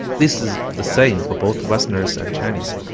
this is the same for both westerners and chinese.